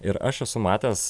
ir aš esu matęs